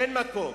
אין מקום.